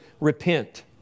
repent